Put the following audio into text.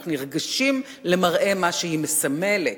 אנחנו נרגשים בגלל מה שהיא מסמלת.